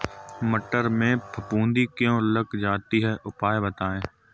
मटर में फफूंदी क्यो लग जाती है उपाय बताएं?